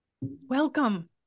welcome